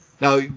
Now